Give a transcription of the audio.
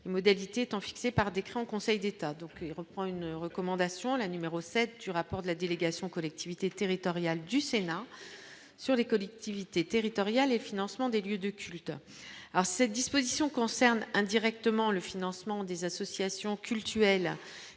fonds modalités étant fixé par décret en Conseil d'État, donc il reprend une recommandation, la numéro 7 du rapport de la délégation collectivités territoriales du Sénat sur les collectivités territoriales et financement des lieux de culte, alors cette disposition concerne indirectement, le financement des associations cultuelles